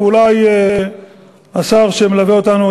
ואולי השר שמלווה אותנו,